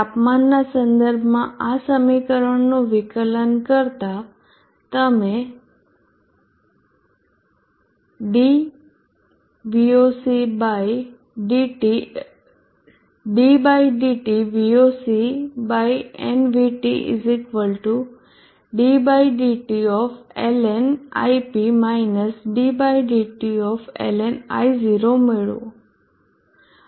તાપમાનના સંદર્ભમાં આ સમીકરણનું વિકલન કરતા તમે મેળવો